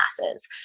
masses